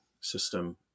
system